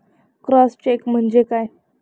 Cross check म्हणजे काय?